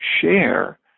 share